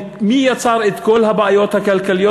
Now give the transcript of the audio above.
ומי יצר את כל הבעיות הכלכליות?